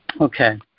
okay